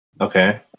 Okay